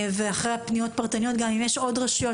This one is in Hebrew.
ואחרי הפניות הפרטניות אם יש עוד רשויות